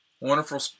Wonderful